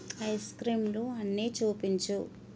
ice క్రీంలు అన్ని చూపించు